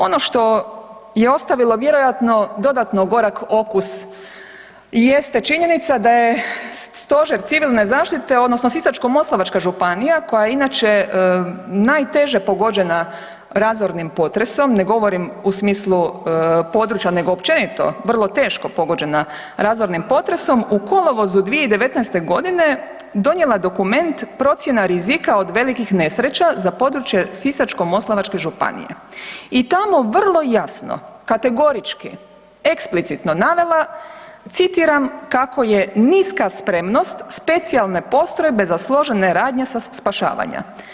Ono što je ostavilo vjerojatno dodatno gorak okus jeste činjenica da je stožer civilne zaštite odnosno Sisačko-moslavačka županija koja je inače najteže pogođena razornim potresom, ne govorim u smislu područja nego općenito vrlo teško pogođena razornim potresom u kolovozu 2019. godine donijela dokument Procjena rizika od velikih nesreća za područje Sisačko-moslavačke županije i tamo vrlo jasno kategorički, eksplicitno navela citiram: „kako je niska spremnost specijalne postrojbe za složene radnje spašavanja“